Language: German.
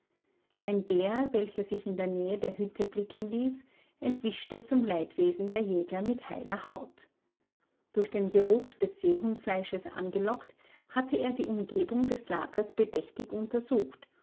ein bär welcher sich in der nähe der hütte blicken ließ entwischte zum leidwesen der jäger mit heiler haut durch den geruch des seehundfleisches angelockt hatte er die umgebung des lagers bedächtig untersucht